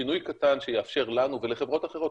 שינוי קטן שיאפשר לנו ולחברות אחרות,